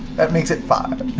that makes it five.